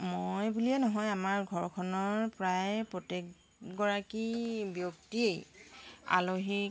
মই বুলিয়ে নহয় আমাৰ ঘৰখনৰ প্ৰায় প্ৰত্যেকগৰাকী ব্যক্তিয়েই আলহীক